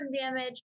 damage